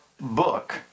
book